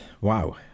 wow